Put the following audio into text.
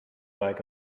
like